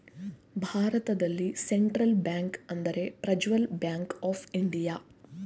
ಭಾರತದಲ್ಲಿ central bank ಎಂದರೆ Prajwal bank of India